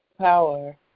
power